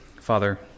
Father